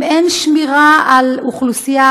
אם אין שמירה על אוכלוסייה,